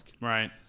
Right